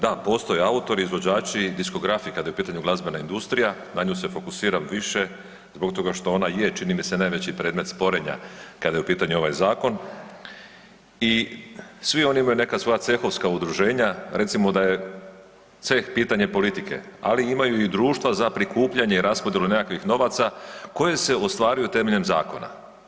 Da, postoje autori, izvođači, diskografi kad je u pitanju glazbena industrija, na nju se fokusiram više zbog toga što ona je čini mi se, najveći predmet sporenja kada je u pitanju ovaj zakon i svi oni imaju neka svoja cehovska udruženja, recimo da je ceh pitanje politike ali imaju i društva za prikupljanje, raspodjelu i nekakvih novaca koje se ostvaruju temeljem zakona.